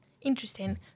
Interesting